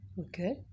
Okay